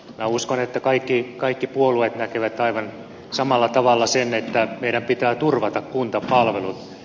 minä uskon että kaikki puolueet näkevät aivan samalla tavalla sen että meidän pitää turvata kuntapalvelut